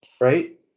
Right